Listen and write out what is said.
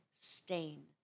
stain